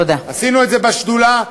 עשינו את זה בשדולה,